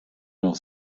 noch